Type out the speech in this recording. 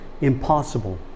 impossible